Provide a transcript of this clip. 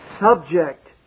subject